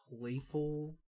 playful